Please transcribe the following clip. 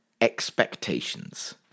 expectations